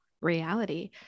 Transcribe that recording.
reality